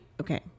okay